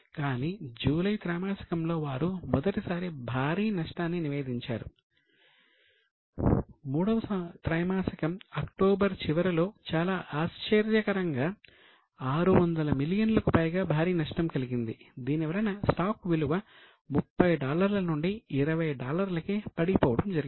కానీ జూలై త్రైమాసికంలో వారు మొదటిసారి భారీ నష్టాన్ని నివేదించారు మూడవ త్రైమాసికం అక్టోబర్ చివరిలో చాలా ఆశ్చర్యకరంగా 600 మిలియన్లకు పైగా భారీ నష్టం కలిగింది దీనివలన స్టాక్ విలువ 30 డాలర్ల నుండి 20 డాలర్లకి పడిపోవడం జరిగింది